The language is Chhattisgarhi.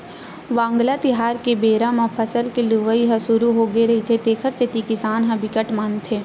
वांगला तिहार के बेरा म फसल के लुवई ह सुरू होगे रहिथे तेखर सेती किसान ह बिकट मानथे